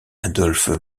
adolphe